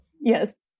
Yes